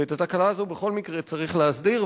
ואת התקלה הזאת בכל מקרה צריך להסדיר.